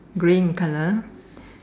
green colour